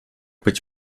być